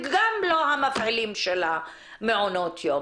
וגם לא המפעילים של מעונות היום.